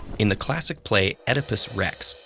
in the classic play oedipus rex,